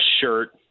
shirt